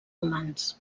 humans